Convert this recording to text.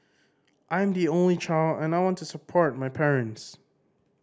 I am the only child and I want to support my parents